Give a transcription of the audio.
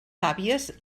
àvies